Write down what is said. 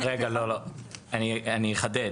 רגע, לא, לא, אני אחדד.